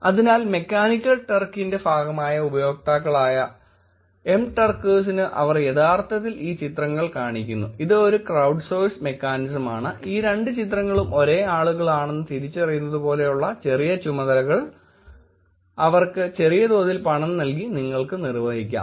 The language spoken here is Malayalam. അതിനാൽ മെക്കാനിക്കൽ ടർക്കിന്റെ ഭാഗമായ ഉപയോക്താക്കളായ Mturkers ന് അവർ യഥാർത്ഥത്തിൽ ഈ ചിത്രങ്ങൾ കാണിക്കുന്നു ഇത് ഒരു ക്രൌഡ്സോഴ്സ്ഡ് മെക്കാനിസമാണ് ഈ രണ്ട് ചിത്രങ്ങളും ഒരേ ആളുകളാണെന്ന് തിരിച്ചറിയുന്നതുപോലുള്ള ചെറിയ ചുമതലകൽ അവർക്ക് ചെറിയ തോതിൽ പണം നൽകി നിങ്ങൾക്ക് നിർവഹിക്കാം